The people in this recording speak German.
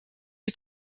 die